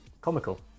comical